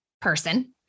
person